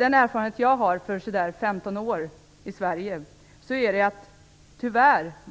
Den erfarenhet jag har från skolan i Sverige, för 15 år sedan, är att